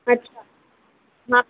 अच्छा हा